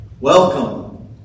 Welcome